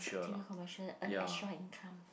T_V commercial earn extra income